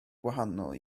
gwahanol